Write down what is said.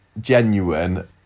genuine